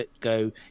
go